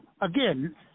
again